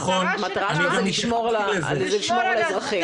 המטרה שלך היא לשמור על האזרחים.